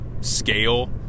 scale